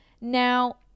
Now